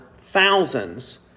thousands